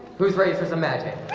whose razors imagine